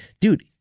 dude